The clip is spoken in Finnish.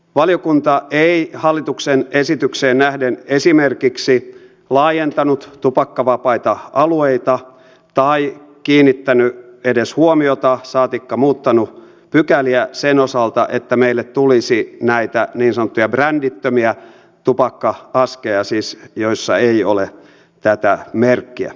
valiokunta ei hallituksen esitykseen nähden esimerkiksi laajentanut tupakkavapaita alueita tai kiinnittänyt edes huomiota saatikka muuttanut pykäliä sen osalta että meille tulisi näitä niin sanottuja brändittömiä tupakka askeja joissa ei siis ole tätä merkkiä